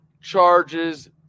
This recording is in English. charges